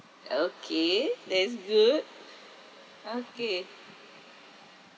okay that's good okay